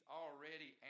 already